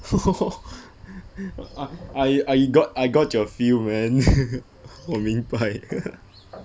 I I got I got your feel man 我明白